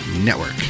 Network